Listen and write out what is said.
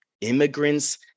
immigrants